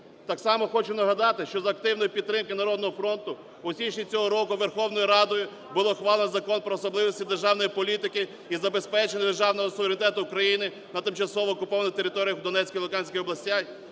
Так само хочу нагадати, що за активної підтримки "Народного фронту" у січні цього року Верховною Радою було ухвалено Закон "Про особливості державної політики із забезпечення державного суверенітету України на тимчасово окупованих територіях у Донецькій та Луганській областях",